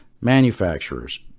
manufacturers